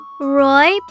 Roy